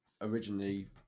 originally